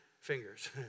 fingers